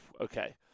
Okay